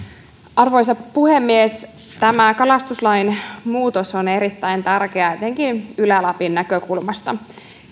arvoisa puhemies tämä kalastuslain muutos on erittäin tärkeä etenkin ylä lapin näkökulmasta